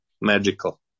magical